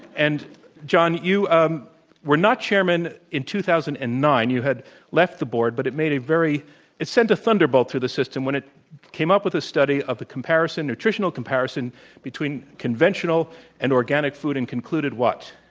and john, you um were not chairman in two thousand and nine. you had left the board, but it made a very it sent a thunderbolt to the system when it came up with astudy of a comparison nutritional comparison between conventional and organic food and concluded what?